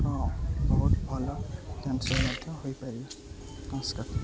ହଁ ବହୁତ ଭଲ ଡ୍ୟାନ୍ସର୍ ମଧ୍ୟ ହୋଇପାରିବ ନମସ୍କାର